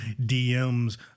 DMs